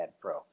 Pro